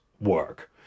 work